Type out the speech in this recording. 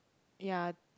ya